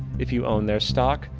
if you own their stock,